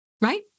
Right